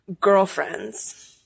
girlfriends